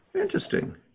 interesting